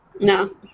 No